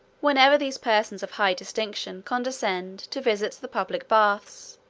whenever these persons of high distinction condescend to visit the public baths,